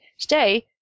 today